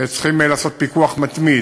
וצריכים לעשות פיקוח מתמיד.